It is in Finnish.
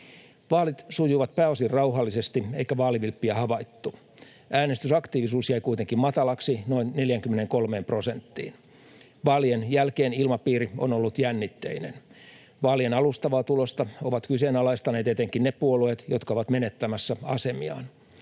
Vaalit sujuivat pääosin rauhallisesti, eikä vaalivilppiä havaittu. Äänestysaktiivisuus jäi kuitenkin matalaksi, noin 43 prosenttiin. Vaalien jälkeen ilmapiiri on ollut jännitteinen. Vaalien alustavaa tulosta ovat kyseenalaistaneet etenkin ne puolueet, jotka ovat menettämässä asemiaan.